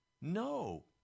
No